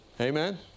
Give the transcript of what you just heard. Amen